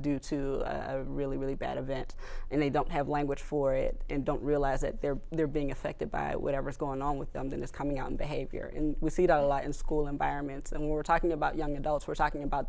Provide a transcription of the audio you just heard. due to a really really bad event and they don't have language for it and don't realize it they're they're being affected by whatever is going on with them this coming out in behavior in we see it a lot in school environments and we're talking about young adults we're talking about